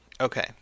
Okay